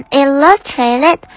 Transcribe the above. illustrated